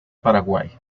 paraguay